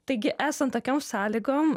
taigi esant tokiom sąlygom